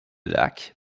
lac